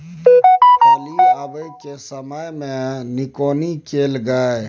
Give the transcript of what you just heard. फली आबय के समय मे भी निकौनी कैल गाय?